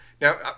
Now